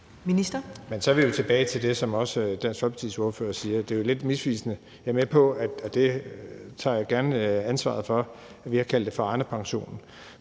så er vi jo tilbage til det, som også Dansk Folkepartis ordfører siger, og det er jo lidt misvisende. Jeg er med på, og det tager jeg gerne ansvaret for, at vi har kaldt det for Arnepensionen,